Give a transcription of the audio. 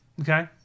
Okay